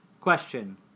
Question